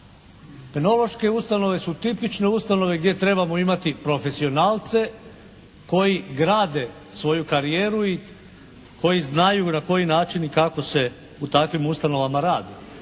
Penološke ustanove su tipične ustanove gdje trebamo imati profesionalce koji grade svoju karijeru i koji znaju na koji način i kako se u takvim ustanovama radi.